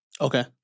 Okay